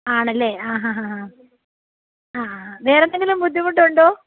ആണല്ലേ ആ ഹാ ഹാ ഹാ ആ ആ വേറെ എന്തെങ്കിലും ബുദ്ധിമുട്ടുണ്ടോ